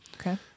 Okay